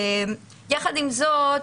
יחד עם זאת,